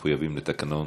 מחויבים לתקנון.